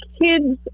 kids